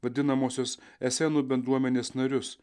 vadinamuosius esenų bendruomenės narius